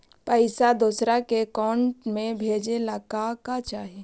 पैसा दूसरा के अकाउंट में भेजे ला का का चाही?